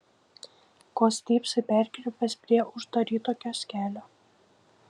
ko stypsai perkrypęs prie uždaryto kioskelio